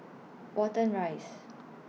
Watten Rise